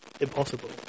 impossible